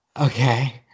Okay